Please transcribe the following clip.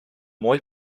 mooi